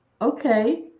okay